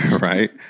Right